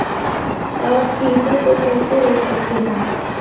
आप कीटों को कैसे रोक सकते हैं?